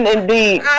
Indeed